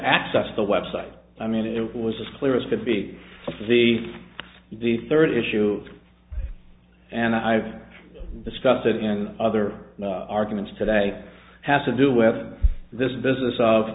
access the web site i mean it was as clear as could be the the third issue and i've discussed it in other arguments today has to do with this business of